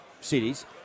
cities